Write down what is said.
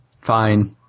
Fine